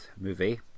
movie